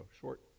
short